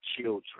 children